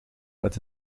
met